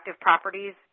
properties